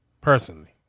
personally